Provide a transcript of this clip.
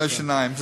לרופא שיניים.